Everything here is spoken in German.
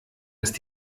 ist